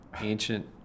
ancient